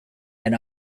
and